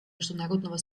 международного